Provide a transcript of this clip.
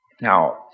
Now